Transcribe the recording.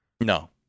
No